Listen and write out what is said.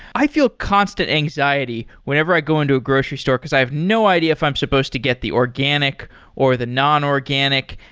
i feel constant anxiety whenever i go into a grocery store, because i have no idea if i'm supposed to get the organic or the nonorganic,